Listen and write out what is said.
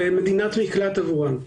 מדינת מקלט עבורם.